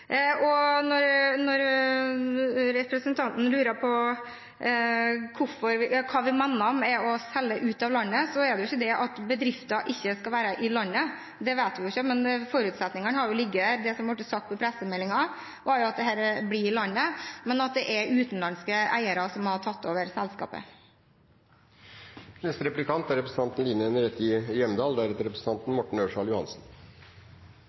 Når representanten lurer på hva vi mener med å selge «ut av landet», er det ikke det at bedrifter ikke skal være i landet – det vet vi ikke – men forutsetningene har jo ligget der. Det som ble sagt i pressemeldingen, var at dette blir i landet, men at det er utenlandske eiere som har tatt over selskapet.